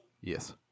Yes